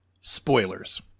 spoilers